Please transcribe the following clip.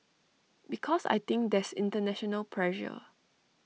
because I think there's International pressure